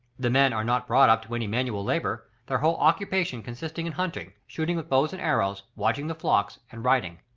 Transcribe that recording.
the men are not brought up to any manual labour, their whole occupation consisting in hunting, shooting with bow and arrows, watching the flocks, and riding.